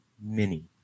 Mini